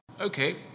Okay